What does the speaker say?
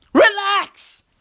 Relax